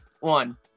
one